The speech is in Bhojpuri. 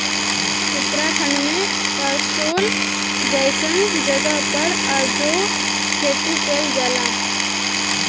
उत्तराखंड में कसोल जइसन जगह पर आजो खेती कइल जाला